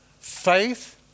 faith